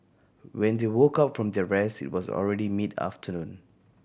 when they woke up from their rest it was already mid afternoon